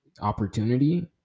opportunity